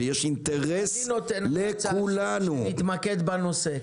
ויש אינטרס לכולנו --- אני נותן --- שנתמקד בנושא,